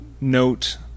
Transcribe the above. note